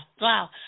Wow